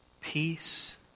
peace